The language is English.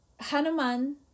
Hanuman